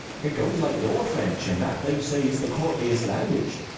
it goes like law-french, and that, they say, is the courtliest language.